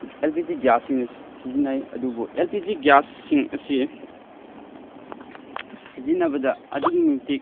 L P G ꯒ꯭ꯌꯥꯁꯁꯤꯡꯅ ꯁꯤꯖꯤꯟꯅꯩ ꯑꯗꯨꯕꯨ ꯑꯦꯜ ꯄꯤ ꯖꯤ ꯒ꯭ꯌꯥꯁꯁꯤꯡ ꯑꯁꯤ ꯁꯤꯖꯤꯟꯅꯕꯗ ꯑꯗꯨꯛꯀꯤ ꯃꯇꯤꯛ